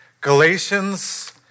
Galatians